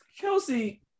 Kelsey